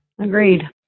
Agreed